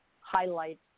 highlight